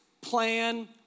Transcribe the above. plan